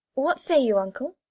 what say you, uncle?